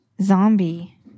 Zombie